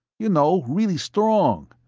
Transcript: you know, really strong.